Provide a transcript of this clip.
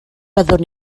byddwn